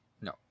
No